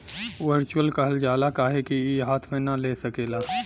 virtual कहल जाला काहे कि ई हाथ मे ना ले सकेला